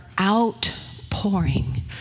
outpouring